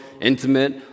intimate